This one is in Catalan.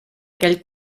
aquell